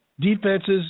defenses